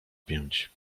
pięć